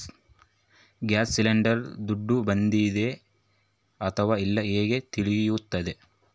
Gas cylinder ದುಡ್ಡು ಬಂದಿದೆ ಅಥವಾ ಇಲ್ಲ ಹೇಗೆ ತಿಳಿಯುತ್ತದೆ?